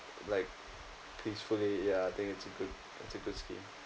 like peacefully ya think it's a good it's a good scheme